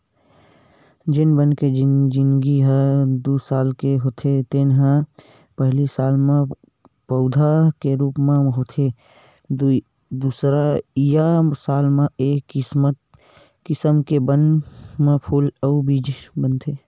जेन बन के जिनगी ह दू साल के होथे तेन ह पहिली साल म पउधा के रूप म होथे दुसरइया साल म ए किसम के बन म फूल अउ बीज बनथे